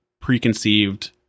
preconceived